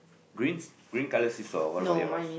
green green colour see saw what about yours